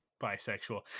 bisexual